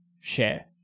share